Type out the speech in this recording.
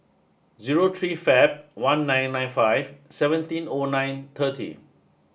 zero three Feb one nine nine five seventeen O nine thirty